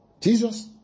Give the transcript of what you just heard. Jesus